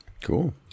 Cool